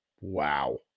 Wow